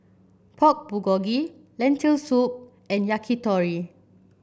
Pork Bulgogi Lentil Soup and Yakitori